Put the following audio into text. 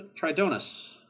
Tridonus